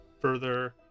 further